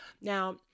now